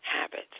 habits